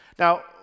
Now